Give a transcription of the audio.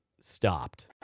stopped